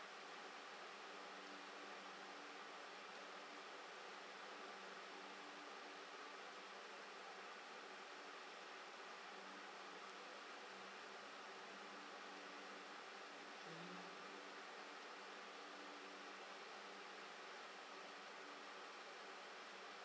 mm